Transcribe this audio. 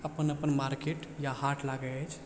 अपन अपन मार्केट या हाट लागै अछि